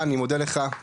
אני מודה לך.